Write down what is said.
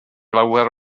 lawer